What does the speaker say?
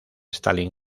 stalin